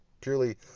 purely